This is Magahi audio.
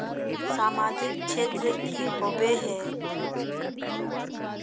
सामाजिक क्षेत्र की होबे है?